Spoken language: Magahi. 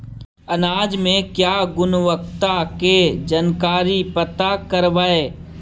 अनाज मे क्या गुणवत्ता के जानकारी पता करबाय?